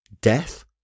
death